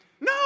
no